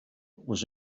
were